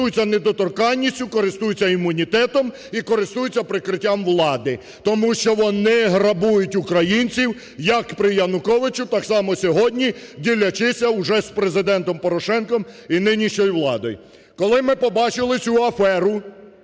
користуються недоторканністю, користуються імунітетом і користуються прикриттям влади, тому що вони грабують українців, як при Януковичу, так само сьогодні, ділячись уже з Президентом Порошенком і нинішньою владою. Коли ми побачили цю аферу,